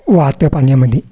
वाहत्या पाण्यामध्ये